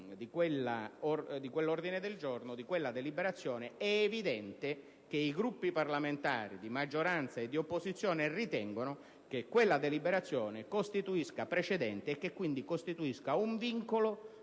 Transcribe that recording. chiedono la revoca di quella deliberazione, è evidente che i Gruppi parlamentari di maggioranza e di opposizione ritengono che quella deliberazione costituisca precedente e quindi un vincolo